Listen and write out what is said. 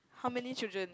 how many children